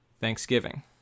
Thanksgiving